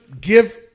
Give